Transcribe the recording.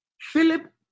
Philip